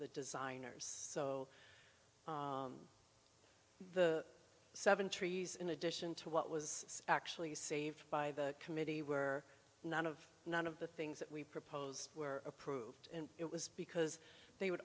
the designers so the seven trees in addition to what was actually saved by the committee were none of none of the things that we proposed were approved and it was because they would